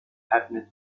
happened